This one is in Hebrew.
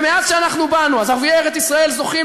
ומאז שאנחנו באנו ערביי ארץ-ישראל זוכים